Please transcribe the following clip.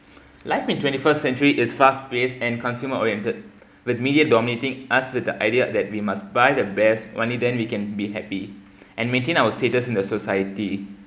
life in twenty first century is fast paced and consumer oriented with media dominating us with the idea that we must buy the best only then we can be happy and maintain our status in the society